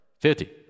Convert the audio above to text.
Fifty